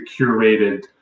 curated –